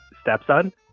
stepson